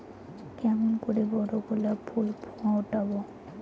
কেমন করে বড় গোলাপ ফুল ফোটাব?